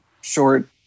short